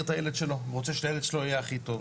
את הילד שלו ורוצה שהילד שלו יהיה הכי טוב.